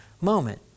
moment